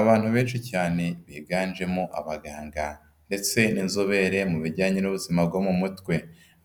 Abantu benshi cyane biganjemo abaganga ndetse n'inzobere mu bijyanye n'ubuzima bwo mu mutwe.